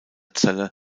zelle